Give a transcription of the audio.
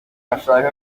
bashaka